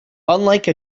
unlike